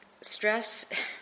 Stress